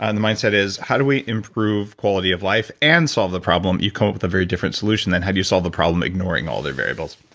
and the mindset is, how do we improve quality of life and solve the problem? you come up with a very different solution then had you solved the problem, ignoring all the variables